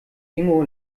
ingo